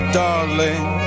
darling